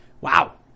Wow